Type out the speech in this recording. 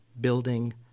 Building